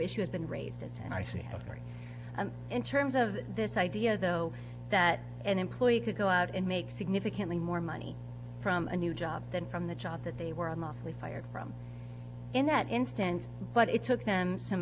issue has been raised and i see a very in terms of this idea though that an employee could go out and make significantly more money from a new job than from the job that they were on monthly fired from in that instance but it took them some